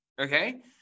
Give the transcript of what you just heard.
Okay